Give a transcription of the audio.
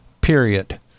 period